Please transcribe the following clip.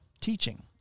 teaching